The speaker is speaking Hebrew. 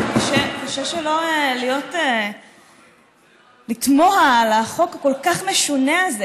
אבל קשה שלא לתמוה על החוק הכל-כך משונה הזה.